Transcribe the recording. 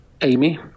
Amy